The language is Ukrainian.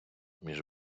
між